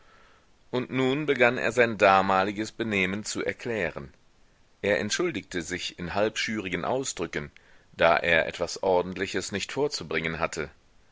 und nun begann er sein damaliges benehmen zu erklären er entschuldigte sich in halbschürigen ausdrücken da er etwas ordentliches nicht vorzubringen hatte